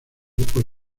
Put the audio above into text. por